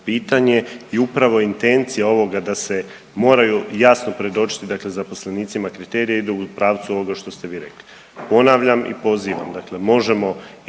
pitanje i upravo intencija ovoga da se moraju jasno predočiti dakle zaposlenicima kriterija ide u pravcu ovoga što ste vi rekli. Ponavljam i pozivam,